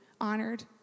honored